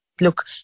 look